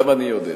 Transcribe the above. גם אני יודע.